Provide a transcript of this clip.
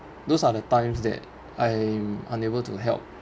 those are the times that I'm unable to help